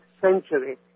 century